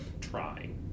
trying